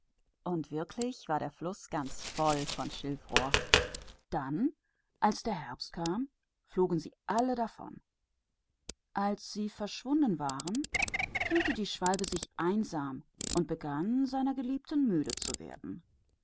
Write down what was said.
und in der tat war der fluß ganz voll von schilf als dann der herbst kam flogen sie alle davon als sie fort waren fühlte sich der schwälberich einsam und fing an seiner romantischen liebe überdrüssig zu werden